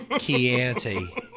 Chianti